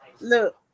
Look